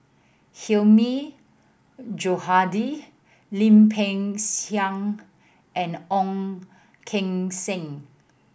Hilmi Johandi Lim Peng Siang and Ong Keng Sen